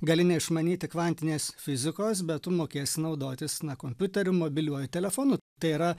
gali neišmanyti kvantinės fizikos bet tu mokėsi naudotis na kompiuteriu mobiliuoju telefonu tai yra